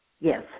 Yes